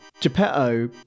Geppetto